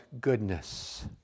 goodness